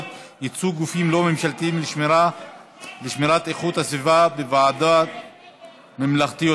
(ייצוג גופים לא ממשלתיים לשמירת איכות הסביבה בוועדות ממלכתיות),